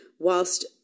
whilst